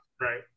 Right